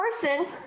person